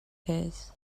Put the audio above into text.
his